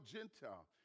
Gentile